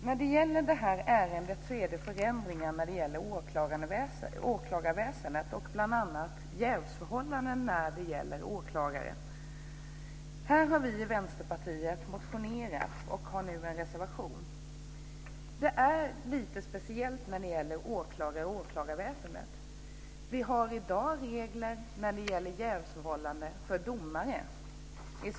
Fru talman! Det här ärendet gäller förändringar i åklagarväsendet och bl.a. jävsförhållanden för åklagare. Vi i Vänsterpartiet har motionerat om detta och har nu avgivit en reservation. Förhållandena är lite speciella när det gäller åklagare i detta sammanhang. Vi har i Sverige i dag en regel om jävsförhållande för domare.